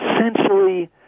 essentially